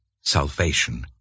Salvation